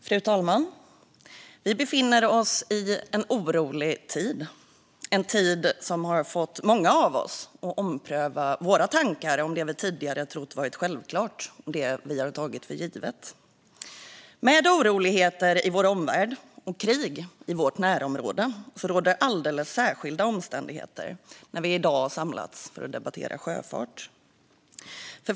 Fru talman! Vi befinner oss i en orolig tid, en tid som har fått många av oss att ompröva våra tankar om det vi tidigare trott var självklart och det vi tagit för givet. Med oroligheter i vår omvärld och krig i vårt närområde råder alldeles särskilda omständigheter när vi i dag har samlats för att debattera sjöfart.